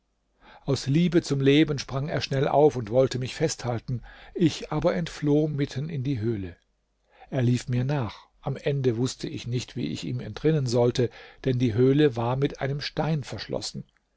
aus liebe zum leben sprang er schnell auf und wollte mich festhalten ich aber entfloh mitten in die höhle er lief mir nach am ende wußte ich nicht wie ich ihm entrinnen sollte denn die höhle war mit einem stein verschlossen